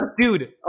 dude